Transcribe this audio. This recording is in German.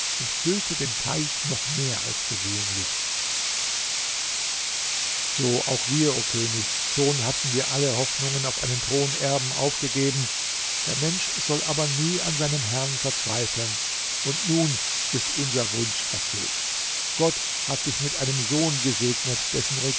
und füllte den teich noch mehr als gewöhnlich so auch wir o könig schon hatten wir alle hoffnungen auf einen thronerben aufgegeben der mensch soll aber nie an seinem herrn verzweifeln und nun ist unser wunsch erfüllt gott hat dich mit einem sohn gesegnet dessen